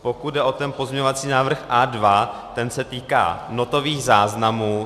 Pokud jde o ten pozměňovací návrh A2, ten se týká notových záznamů.